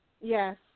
Yes